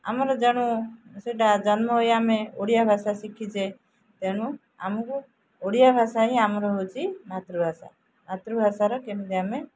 ଆମର ଜେଣୁ ସେଇଟା ଜନ୍ମ ହେଇ ଆମେ ଓଡ଼ିଆ ଭାଷା ଶିଖିଛେ ତେଣୁ ଆମକୁ ଓଡ଼ିଆ ଭାଷା ହିଁ ଆମର ହେଉଛି ମାତୃଭାଷା ମାତୃଭାଷାର କେମିତି ଆମେ